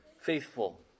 faithful